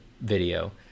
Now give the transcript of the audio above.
video